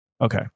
Okay